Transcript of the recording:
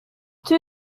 two